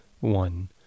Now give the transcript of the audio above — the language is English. one